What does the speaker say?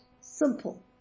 simple